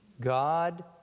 God